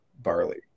Barley